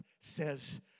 says